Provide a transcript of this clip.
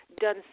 done